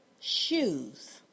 shoes